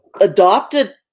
adopted